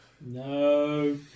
No